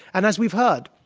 and as we've heard,